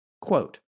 Quote